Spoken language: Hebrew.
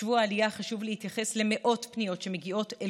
בשבוע העלייה חשוב להתייחס למאות פניות המגיעות אל